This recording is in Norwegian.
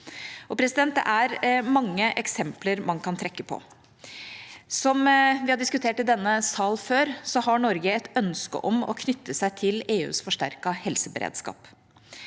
Det er mange eksempler man kan trekke på. Som vi har diskutert i denne sal før, har Norge et ønske om å knytte seg til EUs forsterkede helseberedskap.